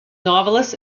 novelist